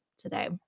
Today